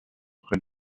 près